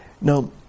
Now